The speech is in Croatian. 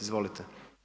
Izvolite.